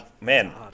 Man